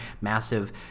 massive